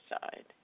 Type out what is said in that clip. side